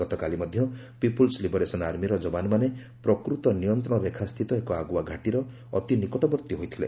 ଗତକାଲି ମଧ୍ୟ people's liberation ଆର୍ମିର ଜବାନମାନେ ପ୍ରକୃତ ନିୟନ୍ତ୍ରଣରେଖାସ୍ଥିତ ଏକ ଆଗୁଆ ଘାଟିର ଅତି ନିକଟବର୍ତ୍ତୀ ହୋଇଥିଲେ